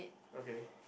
okay